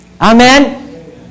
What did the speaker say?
amen